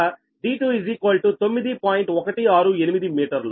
168 మీటర్లు